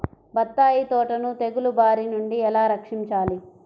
బత్తాయి తోటను తెగులు బారి నుండి ఎలా రక్షించాలి?